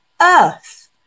earth